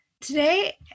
today